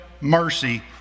mercy